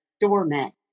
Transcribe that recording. doormat